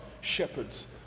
shepherds